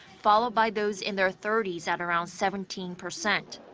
followed by those in their thirties at around seventeen percent.